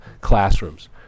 classrooms